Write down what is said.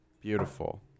beautiful